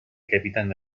capitani